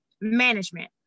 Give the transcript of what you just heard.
management